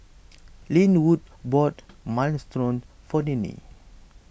Linwood bought Minestrone for Ninnie